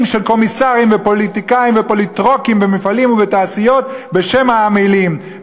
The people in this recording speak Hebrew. של קומיסרים ופוליטיקאים ופוליטרוקים במפעלים ובתעשיות בשם העמלים,